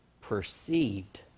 perceived